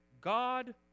God